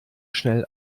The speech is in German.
schnell